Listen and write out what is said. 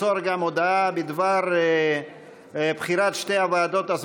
המסדרת לבחור את חברי הכנסת ישראל אייכלר